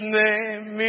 name